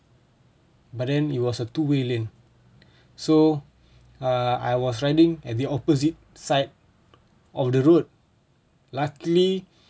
but then it was a two way lane so uh I was riding at the opposite side of the road luckily